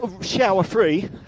shower-free